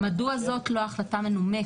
"מדוע" זאת לא החלטה מנומקת.